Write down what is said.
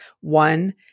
one